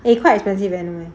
eh quite expensive N_U_S